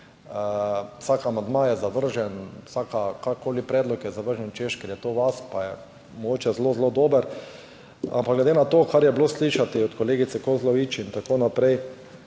vsak amandma je zavržen, kakršenkoli predlog je zavržen, češ, ker je to naš, pa je mogoče zelo zelo dober. Ampak glede na to, kar je bilo slišati od kolegice Kozlovič in tako naprej,